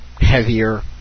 heavier